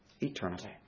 eternity